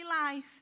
life